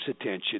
attention